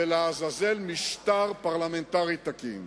ולעזאזל משטר פרלמנטרי תקין.